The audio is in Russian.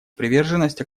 приверженность